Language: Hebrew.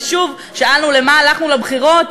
ושוב, שאלנו: למה הלכנו לבחירות?